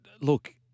look